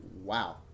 wow